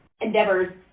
endeavors